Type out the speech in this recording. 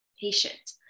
patient